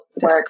work